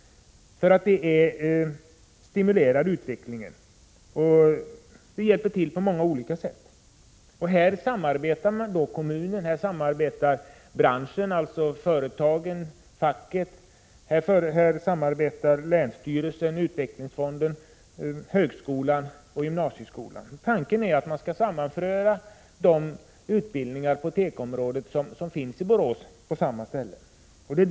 Det stimulerar utvecklingen och hjälper till på många olika sätt. Här samarbetar kommunen, branschen, dvs. företagen och facket, länsstyrelsen, utvecklingsfonden, högskolan och gymnasieskolan. Tanken är att man skall på samma ställe sammanföra de utbildningar på tekoområdet som finns i Borås.